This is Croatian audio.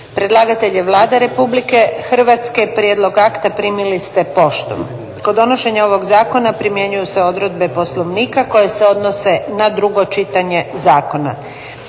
Predlagatelj je Vlada Republike Hrvatske. Prijedlog akta primili ste poštom. Kod donošenja ovog zakona primjenjuju se odredbe Poslovnika koje se odnose na drugo čitanje zakona.